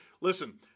listen